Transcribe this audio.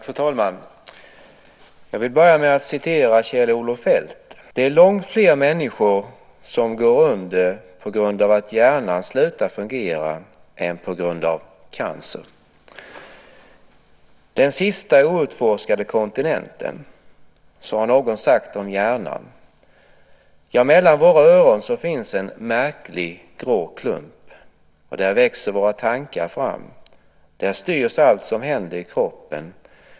Fru talman! Jag vill börja med att citera Kjell-Olof Feldt. Han säger så här: "Det är långt fler människor som går under på grund av att hjärnan slutar fungera än på grund av cancer." Den sista outforskade kontinenten - så har någon sagt om hjärnan. Ja, mellan våra öron finns en märklig grå klump, och där växer våra tankar fram. Där styrs allt som händer i kroppen.